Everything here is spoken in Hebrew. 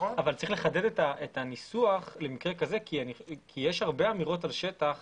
צריך לחדד את הניסוח למקרה כזה כי יש הרבה אמירות על שטח